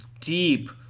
deep